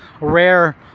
rare